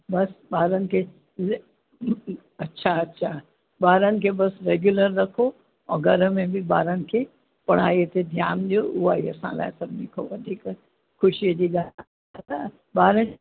बसि ॿारनि खे र अच्छा अच्छा ॿारनि खे बसि रेग्यूलर रखो और घर में बि ॿारनि खे पढ़ाई ते ध्यानु ॾियो उहे ई असां लाइ सभिनी खां वधीक खुशीअ जी ॻाल्हि आहे अच्छा ॿारनि